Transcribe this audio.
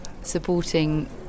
supporting